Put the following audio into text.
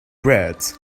red